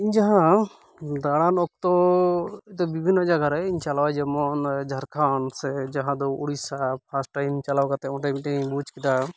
ᱤᱧ ᱡᱟᱦᱟᱸ ᱫᱟᱬᱟᱱ ᱚᱠᱛᱚ ᱫᱚ ᱵᱤᱵᱷᱤᱱᱱᱚ ᱡᱟᱭᱜᱟᱨᱮᱧ ᱪᱟᱞᱟᱣᱼᱟ ᱡᱮᱢᱚᱱ ᱡᱷᱟᱨᱠᱷᱚᱸᱰ ᱥᱮ ᱡᱟᱦᱟᱸᱫᱚ ᱳᱰᱤᱥᱟ ᱯᱷᱟᱥᱴ ᱴᱟᱭᱤᱢ ᱪᱟᱞᱟᱣ ᱠᱟᱛᱮ ᱚᱸᱰᱮ ᱢᱤᱫᱴᱮᱡᱤᱧ ᱵᱩᱡᱽ ᱠᱮᱫᱟ